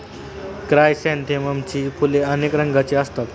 क्रायसॅन्थेममची फुले अनेक रंगांची असतात